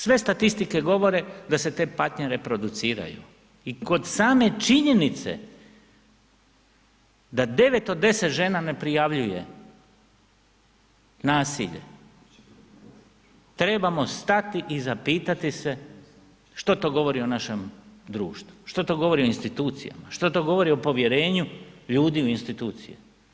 Sve statistike govore da se te patnje reproduciraju i kod same činjenice da 9 od 10 žena ne prijavljuje nasilje trebamo stati i zapitati se što to govori o našem društvu, što to govori o institucijama, što to govori o povjerenju ljudi u institucije.